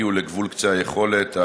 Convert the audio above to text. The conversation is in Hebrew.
הגיעו לקצה גבול היכולת.